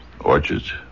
orchards